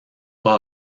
pas